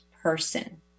person